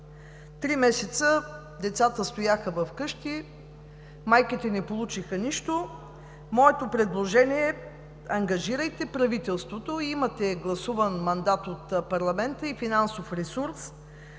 Три месеца децата стояха вкъщи, майките не получиха нищо. Моето предложение е: ангажирайте правителството, имате гласуван мандат от парламента и финансов ресурс,